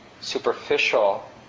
superficial